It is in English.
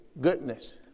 goodness